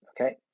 okay